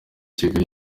kigali